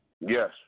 Yes